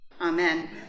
Amen